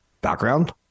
background